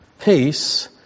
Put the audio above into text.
peace